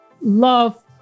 love